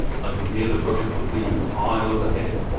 i could hear the rush of the wind high overhead.